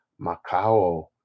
Macau